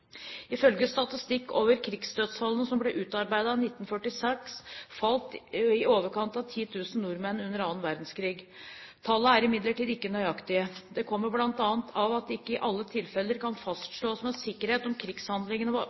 Ifølge statistikk over krigsdødsfallene som ble utarbeidet i 1946, falt i overkant av 10 000 nordmenn under annen verdenskrig. Tallene er imidlertid ikke nøyaktige. Det kommer bl.a. av at det ikke i alle tilfeller kan fastslås med sikkerhet om krigshandlingene